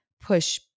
push